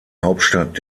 hauptstadt